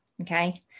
okay